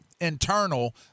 internal